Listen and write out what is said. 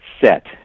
set